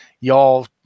y'all